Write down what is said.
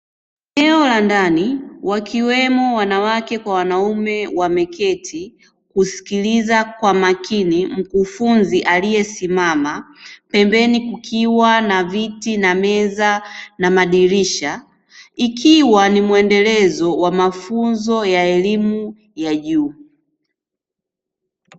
Eneo la ndani wakiwemo wanawake kwa wanaume wameketi kusikiliza kwa makini mkufunzi aliye simama pembeni, kukiwa na viti na meza na madirisha ikiwa ni mwendelezo wa mafunzo ya elimu ya juu.